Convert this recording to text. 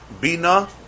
Bina